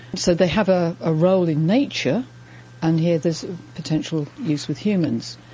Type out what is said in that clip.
so they have a ah role in nature and here there's potential use with humans.